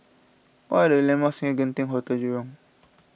what are the landmarks near Genting Hotel Jurong